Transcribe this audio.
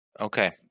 Okay